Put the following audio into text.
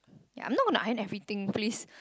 ya I'm not going to iron everything please